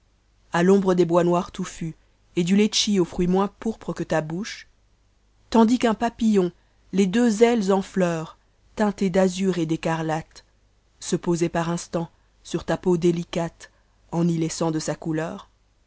a l'ombre des bois noirs tomcas et du jletchi anx fruits moins pourprés que ta bouche tandis qu'un papimou les deux ailes en mcur teinté d'azur et d'éeariate se posait par instants sur ta peau deiicate en y laissant de sa couleur